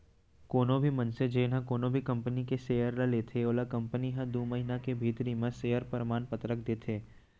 कोनो भी मनसे जेन ह कोनो भी कंपनी के सेयर ल लेथे ओला कंपनी ह दू महिना के भीतरी म सेयर परमान पतरक देथे